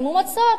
תסיימו את המצור.